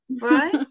right